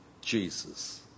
Jesus